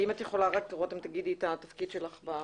רותם, אם את יכולה, תגידי את התפקיד שלך במשרד.